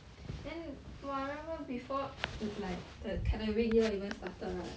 then !wah! I remember before li~ like the academic year even started right